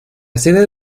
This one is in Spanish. sede